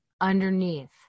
underneath